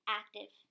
active